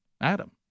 Adam